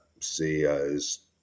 CEOs